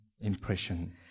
impression